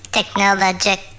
Technologic